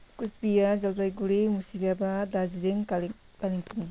कुचबिहार जलपाइगुडी मुर्सिदाबाद दार्जिलिङ कालिम् कालिम्पोङ